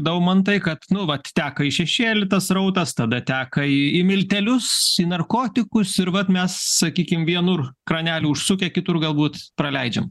daumantai kad nu vat teka į šešėlį tas srautas tada teka į į miltelius į narkotikus ir vat mes sakykim vienur kranelį užsukę kitur galbūt praleidžiam